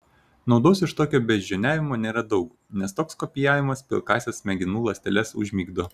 naudos iš tokio beždžioniavimo nėra daug nes toks kopijavimas pilkąsias smegenų ląsteles užmigdo